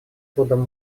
годом